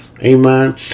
Amen